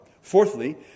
Fourthly